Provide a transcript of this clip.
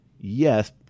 yes